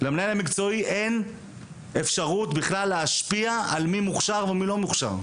למנהל המקצועי אין אפשרות להשפיע על מי מוכשר ומי לא מוכשר.